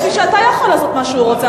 כפי שאתה יכול לעשות מה אתה רוצה.